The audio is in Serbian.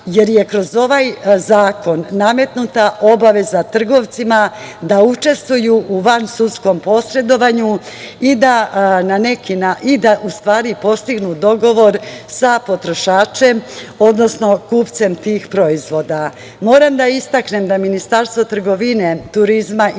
jer je kroz ovaj zakon nametnuta obaveza trgovcima da učestvuju u vansudskom posredovanju i da u stvari postignu dogovor sa potrošačem, odnosno kupcem tih proizvoda. Moram da istaknem da Ministarstvo trgovine, turizma i